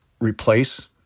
replace